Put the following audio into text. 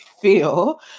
feel